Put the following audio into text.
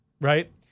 right